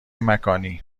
مکانی